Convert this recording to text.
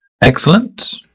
Excellent